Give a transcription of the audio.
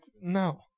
no